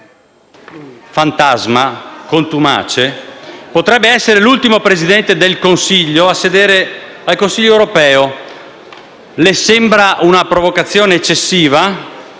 fantasma e contumace, potrebbe essere l'ultimo Presidente del Consiglio a sedere al Consiglio europeo. Le sembra una provocazione eccessiva?